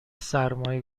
سرمایه